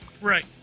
Right